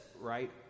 right